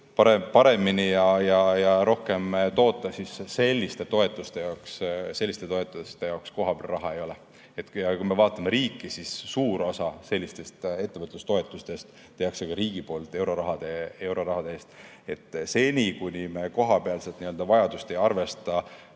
paremini ja rohkem toota, siis selliste toetuste jaoks kohapeal raha ei ole. Kui me vaatame riiki, siis suur osa sellistest ettevõtlustoetustest teeb ka riik euroraha eest. Seni, kuni me kohapealset vajadust ei arvesta,